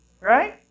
right